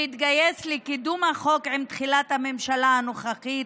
שהתגייס לקידום החוק עם תחילת הממשלה הנוכחית,